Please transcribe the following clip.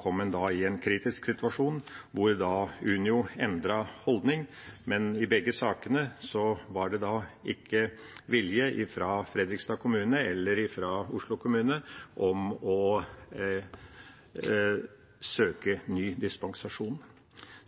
kom en i en kritisk situasjon, hvor da Unio endret holdning, men i begge sakene var det ikke vilje fra Fredrikstad kommune eller fra Oslo kommune til å søke ny dispensasjon.